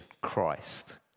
Christ